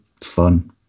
fun